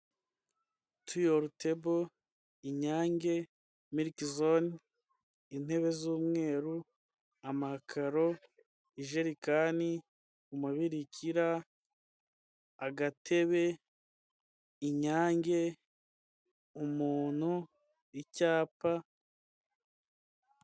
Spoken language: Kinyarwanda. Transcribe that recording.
Tuyoru tebo inyange, milikizone intebe z'umweru, amakaro ijelikani umubirikira agatebe inyange umuntu icyapa.